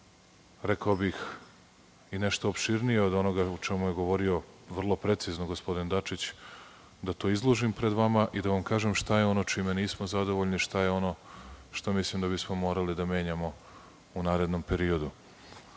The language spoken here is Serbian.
Rekao bih i nešto opširnije od onoga o čemu je govorio vrlo precizno gospodin Dačić, da to izložim pred vama i da vam kažem šta je ono čime nismo zadovoljni, šta je ono što mislim da bismo morali da menjamo u narednom